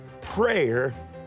Prayer